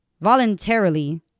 voluntarily